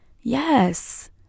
Yes